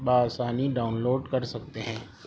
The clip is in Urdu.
بآسانی ڈاؤن لوڈ کر سکتے ہیں